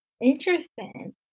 Interesting